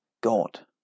God